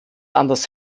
anders